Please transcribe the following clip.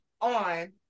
on